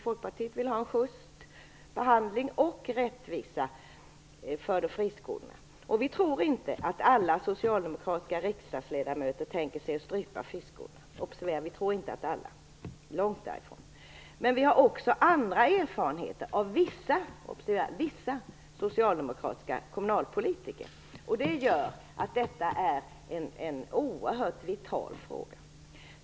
Folkpartiet vill ha en sjyst behandling och rättvisa för friskolorna. Vi tror inte att alla socialdemokratiska ledamöter tänker strypa friskolorna, långt därifrån. Men vi har också andra erfarenheter av vissa socialdemokratiska kommunalpolitiker. Det gör att detta är en oerhört vital fråga.